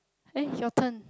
I think it is your turn